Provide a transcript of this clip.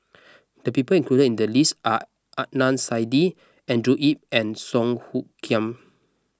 the people included in the list are Adnan Saidi Andrew Yip and Song Hoot Kiam